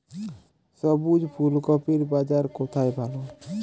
সবুজ ফুলকপির বাজার কোথায় ভালো?